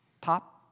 Pop